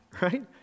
right